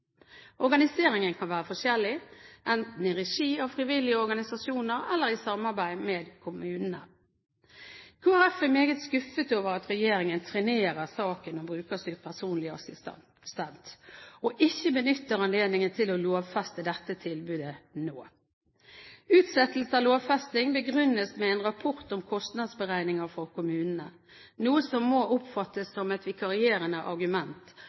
Organiseringen kan være forskjellig, enten i regi av frivillige organisasjoner eller i samarbeid med kommunene. Kristelig Folkeparti er meget skuffet over at regjeringen trenerer saken om brukerstyrt personlig assistent og ikke benytter anledningen til å lovfeste dette tilbudet nå. Utsettelse av lovfesting begrunnes med en rapport om kostnadsberegninger for kommunene, noe som må oppfattes som et vikarierende argument,